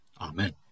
Amen